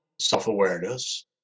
self-awareness